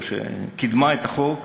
או שקידמה את החוק,